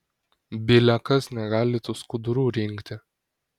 bile kas negali tų skudurų rinkti